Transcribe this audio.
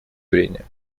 зрения